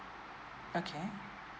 okay